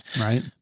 Right